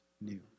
new